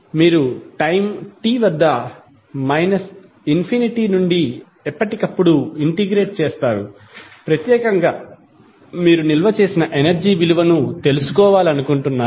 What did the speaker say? మీరు time T వద్ద minus infinity నుండి ఎప్పటికప్పుడు ఇంటిగ్రేట్ చేస్తారు ప్రత్యేకంగా మీరు నిల్వ చేసిన ఎనర్జీ విలువను తెలుసుకోవాలనుకుంటున్నారు